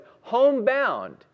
Homebound